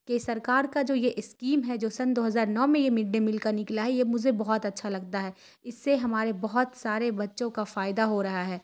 کہ سرکار کا جو یہ اسکیم ہے جو سن دو ہزار نو میں یہ مڈ ڈے میل کا نکلا ہے یہ مجھے بہت اچھا لگتا ہے اس سے ہمارے بہت سارے بچوں کا فائدہ ہو رہا ہے